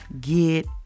get